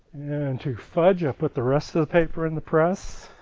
and to fudge up with the rest of the paper in the press.